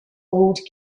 old